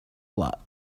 lot